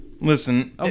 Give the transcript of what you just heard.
Listen